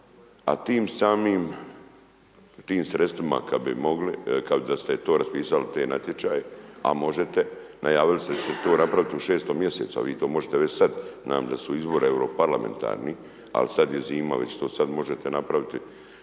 a tim samim, tim sredstvima da ste raspisali te natječaje, a možete, najavili ste da će to napraviti u 6 mj. a vi to možete već sad, znam da su izbori euro parlamentarni ali sad je zima, već to sad možete napraviti